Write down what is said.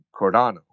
Cordano